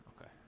okay